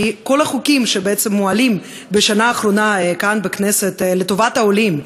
כי כל החוקים שמועלים בשנה האחרונה כאן בכנסת לטובת העולים,